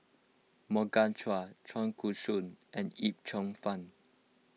Morgan Chua Chua Koon Siong and Yip Cheong Fun